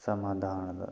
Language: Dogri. समाधान